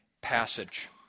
passage